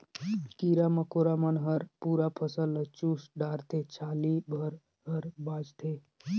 कीरा मकोरा मन हर पूरा फसल ल चुस डारथे छाली भर हर बाचथे